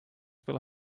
will